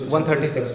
136